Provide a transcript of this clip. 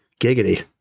giggity